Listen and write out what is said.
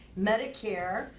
Medicare